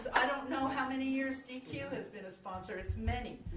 i don't know how many years dq yeah um has been a sponsor. it's many.